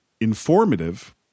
informative